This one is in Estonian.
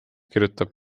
kirjutab